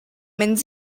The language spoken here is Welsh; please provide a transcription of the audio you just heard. mynd